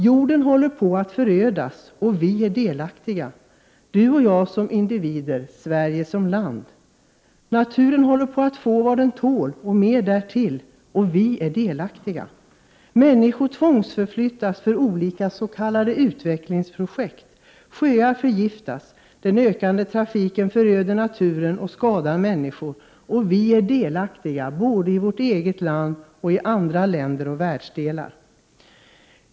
Jorden håller på att förödas, och vi är delaktiga, du och jag som individer och Sverige som land. Naturen håller på att få vad den tål och mer därtill, och vi är som sagt delaktiga. Människor tvångsförflyttas för olika s.k. utvecklingsprojekt. Sjöar förgiftas, den ökande trafiken föröder naturen och skadar människor, och vi är delaktiga både i vårt eget land och i andra länder och i andra världsdelar.